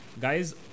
Guys